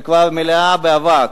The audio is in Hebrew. וכבר מלאה באבק.